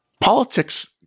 Politics